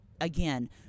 again